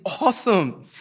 awesome